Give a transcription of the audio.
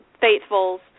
Faithfuls